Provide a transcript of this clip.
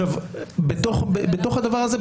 בתוך הדבר הזה,